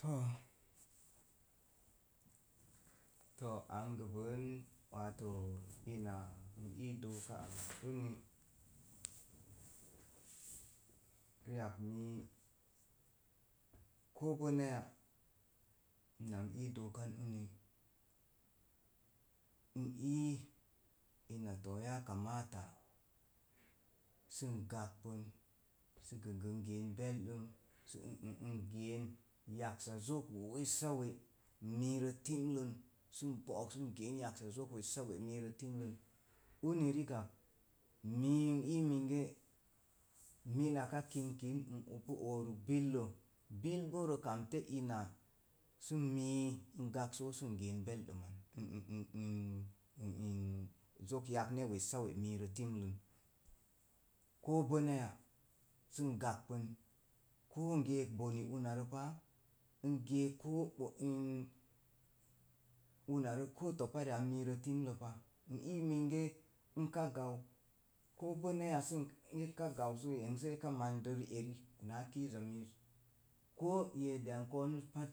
To̱o̱ ang gəbən waato ina ii nka doo ang an uni riak mii kobənaya ina n ii dookan uni n ii ina to̱o̱ yakamatasan gakpin sə gəgən geen bildim nn geen yaksa zok wessawe miirə timlən sə n bo'ok sən geen yaksa zok wessawe'en mirə timlən uni rikak mii n ii minge mina kink npu oruk billə. Bil bo rə kamtə ina sə mii sə n gak so sə geen beldimman zok yakne wessa we'en mirə timlən ko bənaya sə n gakpin koo n geek bone unarə páá n geek koo bo n una koo topa mire timlə pa n ii minge. nka gau ko bəna ya sə eka gau sei eka mande rieri naa kiiza miiz koo ye̱e̱deya n ko̱o̱nuz pat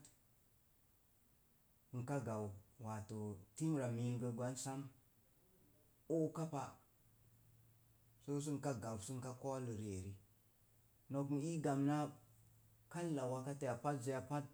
n ka gau waato timra mill gə gwan sam okapa so sə n ka sə n ka ko̱o̱ lo rieri nok n ii gomna kala wakateya pazzeya pat.